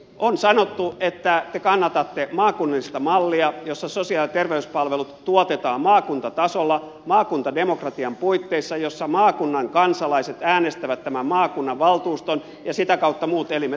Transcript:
on sanottu että te kannatatte maakunnallista mallia jossa sosiaali ja terveyspalvelut tuotetaan maakuntatasolla maakuntademokratian puitteissa jossa maakunnan kansalaiset äänestävät tämän maakunnan valtuuston ja sitä kautta muut elimet